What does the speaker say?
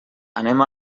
anem